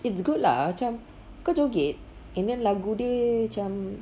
it's good lah macam kau joget and then lagu dia macam